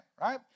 right